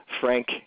Frank